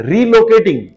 Relocating